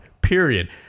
Period